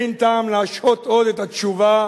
אין טעם להשהות עוד את התשובה,